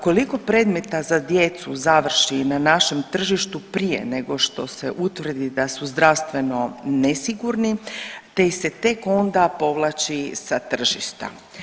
Koliko predmeta za djecu završi na našem tržištu prije nego što se utvrdi da su zdravstveno nesigurni te ih se tek onda povlači sa tržišta.